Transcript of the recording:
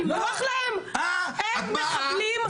לא מספיק האירוע הזה שמקבלים ירקות ופירות,